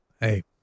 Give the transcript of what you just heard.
hey